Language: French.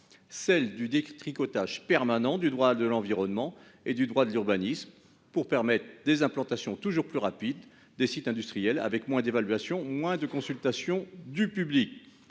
celle du détricotage permanent du droit de l'environnement et du droit de l'urbanisme pour permettre des implantations toujours plus rapides de sites industriels, avec moins d'évaluation et de consultation du public.